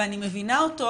ואני מבינה אותו,